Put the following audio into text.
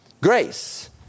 grace